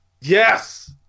Yes